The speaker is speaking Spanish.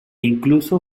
incluso